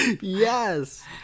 Yes